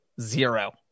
Zero